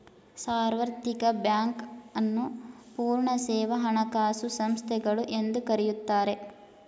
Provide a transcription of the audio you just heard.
ಸಾರ್ವತ್ರಿಕ ಬ್ಯಾಂಕ್ ನ್ನು ಪೂರ್ಣ ಸೇವಾ ಹಣಕಾಸು ಸಂಸ್ಥೆಗಳು ಎಂದು ಕರೆಯುತ್ತಾರೆ